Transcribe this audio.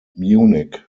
munich